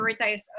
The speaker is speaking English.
prioritize